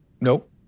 Nope